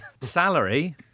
Salary